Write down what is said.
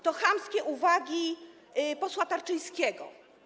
To chamskie uwagi posła Tarczyńskiego.